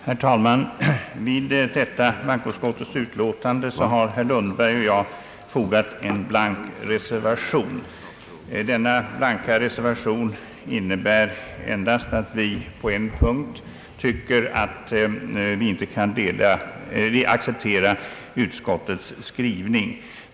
Herr talman! Vid detta bankoutskottets utlåtande har herr Lundberg och jag fogat en blank reservation. Denna blanka reservation innebär endast att vi på en punkt inte kan acceptera utskottets skrivning.